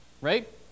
right